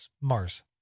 Mars